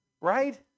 Right